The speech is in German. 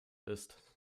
ist